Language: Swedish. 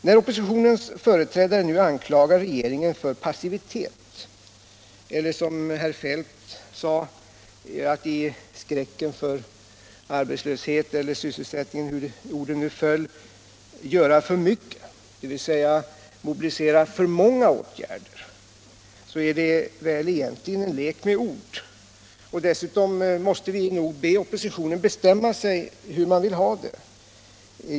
När oppositionens företrädare nu anklagar regeringen för passivitet eller, som herr Feldt sade, för att i skräcken för arbetslöshet — eller för sysselsättningen, hur orden nu föll — göra för mycket, dvs. mobilisera för många åtgärder, så är det väl egentligen en lek med ord. Dessutom måste vi nog be oppositionen bestämma sig för hur den vill ha det.